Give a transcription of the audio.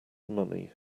money